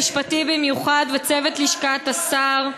לצוות המשפטי במיוחד, ולצוות לשכת השר,